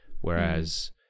whereas